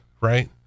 right